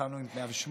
התחלנו עם 108,